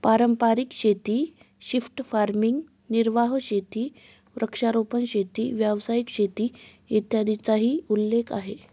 पारंपारिक शेती, shift farming, निर्वाह शेती, वृक्षारोपण शेती, व्यावसायिक शेती, इत्यादींचाही उल्लेख आहे